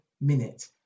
minute